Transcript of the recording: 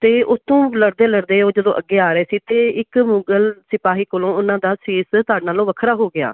ਅਤੇ ਉੱਥੋਂ ਲੜਦੇ ਲੜਦੇ ਉਹ ਜਦੋਂ ਅੱਗੇ ਆ ਰਹੇ ਸੀ ਤਾਂ ਇੱਕ ਮੁਗਲ ਸਿਪਾਹੀ ਕੋਲੋਂ ਉਹਨਾਂ ਦਾ ਸੀਸ ਧੜ ਨਾਲੋਂ ਵੱਖਰਾ ਹੋ ਗਿਆ